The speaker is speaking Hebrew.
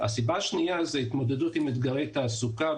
הסיבה השנייה היא התמודדות עם אתגרי תעסוקה,